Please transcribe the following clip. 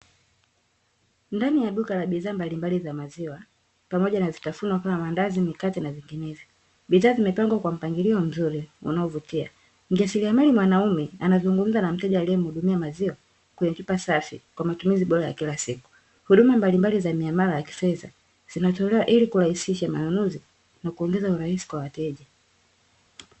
Ndani ya duka la bidhaa mbalimbali za maziwa, pamoja na vitafunwa kama maandazi, mikate na vinginevyo, bidhaa zimepangwa kwa mpangilio mzuri unaovutia. Mjasiriamali mwanaume anazungumza na mteja aliyemhudumia maziwa kwenye chupa safi kwa matumizi bora ya kila siku. Huduma mbalimbali za miamala ya kifedha, zinatolewa ili kurahisisha manunuzi na kuongeza urahisi kwa wateja.